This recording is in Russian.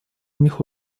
них